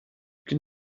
can